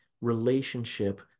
relationship